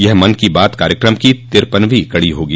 यह मन की बात कार्यक्रम की तिरपनवीं कड़ी होगी